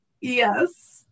Yes